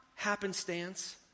happenstance